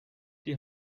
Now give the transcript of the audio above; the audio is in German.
die